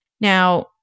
Now